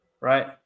Right